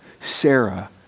Sarah